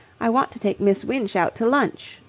i want to take miss winch out to lunch.